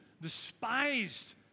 despised